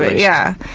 yeah.